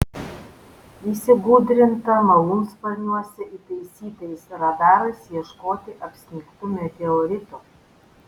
įsigudrinta malūnsparniuose įtaisytais radarais ieškoti apsnigtų meteoritų